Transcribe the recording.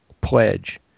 pledge